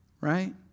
right